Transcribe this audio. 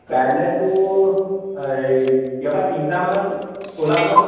কাইলৈতো এই ইয়াৰপৰা তিনিটামানত ওলাম ন